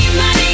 money